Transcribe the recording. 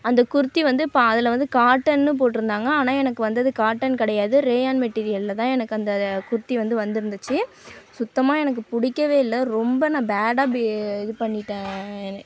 அந்த குர்த்தி வந்து இப்போ அதில் வந்து காட்டன்னு போட்டுருந்தாங்க ஆனால் எனக்கு வந்தது காட்டன் கிடையாது ரேயான் மெட்டிரியலில் தான் எனக்கு அந்த குர்த்தி வந்து வந்திருந்துச்சி சுத்தமாக எனக்கு பிடிக்கவே இல்லை ரொம்ப நான் பேடாக இது பண்ணிட்டேன்